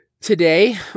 today